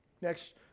Next